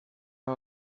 who